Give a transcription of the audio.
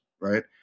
right